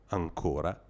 ancora